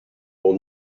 will